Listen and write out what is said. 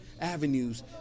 avenues